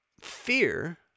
Fear